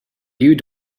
you